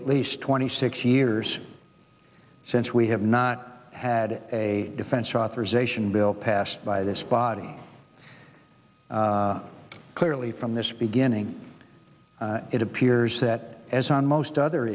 at least twenty six years since we have not had a defense authorization bill passed by this body clearly from this begin think it appears that as on most other